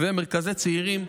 מרכזי צעירים,